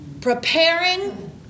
Preparing